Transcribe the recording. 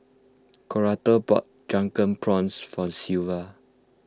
Coretta bought Drunken Prawns for Silvia